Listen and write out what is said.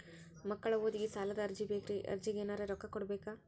ಮಕ್ಕಳ ಓದಿಗಿ ಸಾಲದ ಅರ್ಜಿ ಬೇಕ್ರಿ ಅರ್ಜಿಗ ಎನರೆ ರೊಕ್ಕ ಕೊಡಬೇಕಾ?